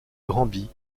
granby